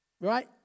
right